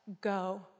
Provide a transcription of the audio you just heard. go